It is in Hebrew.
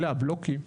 אלה הבלוקים.